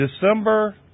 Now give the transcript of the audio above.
December